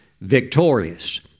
victorious